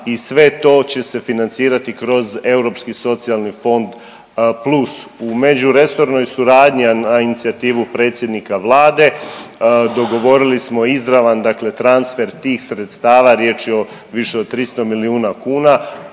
i sve to će se financirati kroz Europski socijalni fond plus. U međuresornoj suradnji, a na inicijativu predsjednika vlade dogovorili smo izravan dakle transfer tih sredstava, riječ je o, više o 300 milijuna kuna